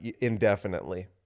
indefinitely